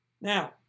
Now